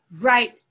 right